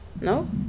No